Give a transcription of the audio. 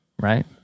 right